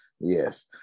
Yes